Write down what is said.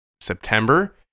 September